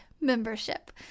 Membership